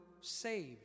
saved